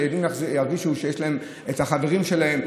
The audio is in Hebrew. שהילדים ירגישו שיש להם את החברים שלהם.